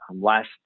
last